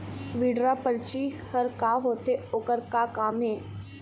Withdraw परची हर का होते, ओकर का काम हे?